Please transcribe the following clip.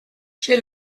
j’ai